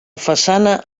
façana